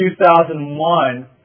2001